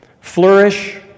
flourish